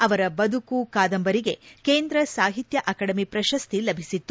ಅವರ ಬದುಕು ಕಾದಂಬರಿಗೆ ಕೇಂದ್ರ ಸಾಹಿತ್ಯ ಅಕಡೆಮಿ ಪ್ರಶಸ್ತಿ ಲಭಿಸಿತ್ತು